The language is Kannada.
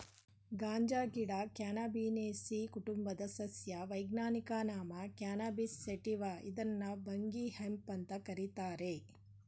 ಗಾಂಜಾಗಿಡ ಕ್ಯಾನಬಿನೇಸೀ ಕುಟುಂಬದ ಸಸ್ಯ ವೈಜ್ಞಾನಿಕ ನಾಮ ಕ್ಯಾನಬಿಸ್ ಸೇಟಿವ ಇದ್ನ ಭಂಗಿ ಹೆಂಪ್ ಅಂತ ಕರೀತಾರೆ